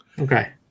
Okay